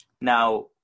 now